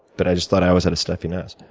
but i just thought i always had a stuffy nose.